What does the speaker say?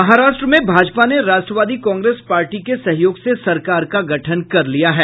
महाराष्ट्र में भाजपा ने Rashtravadi Congress Party के सहयोग से सरकार का गठन कर लिया है